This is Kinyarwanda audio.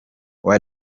uwa